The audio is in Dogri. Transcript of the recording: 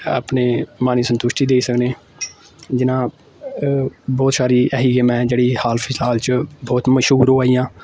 अपने मन गी संतुश्टि देई सकने जियां बौह्त सारी ऐसी गेमां ऐ जेह्ड़ी हाल फिलहाल च बहुत मश्हूर होआ दियां